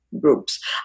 Groups